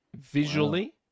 Visually